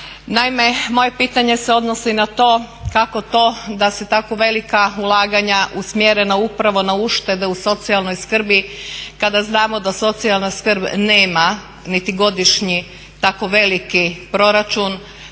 Naime, moje pitanje se odnosi na to kako to da se tako velika ulaganja usmjerena upravo na uštede u socijalnoj skrbi kada znamo da socijalna skrb nema niti godišnji tako veliki proračun